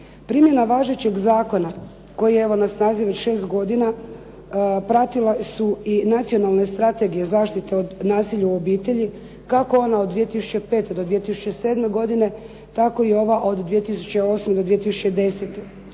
Primjena važećeg zakona koji je evo na snazi već 6 godina pratila su i nacionalne strategije zaštite od nasilja u obitelji, kako ona od 2005. do 2007. godine, tako i ova od 2008. do 2010. godine.